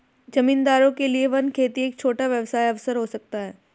जमींदारों के लिए वन खेती एक छोटा व्यवसाय अवसर हो सकता है